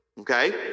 okay